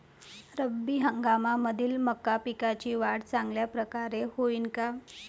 रब्बी हंगामामंदी मका पिकाची वाढ चांगल्या परकारे होईन का?